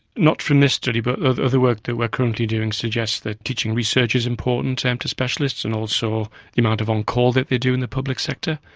not from this study, but other work that we are currently doing suggests that teaching research is important to um to specialists and also the amount of on-call that they do in the public sector.